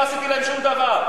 לא עשיתי להם שום דבר.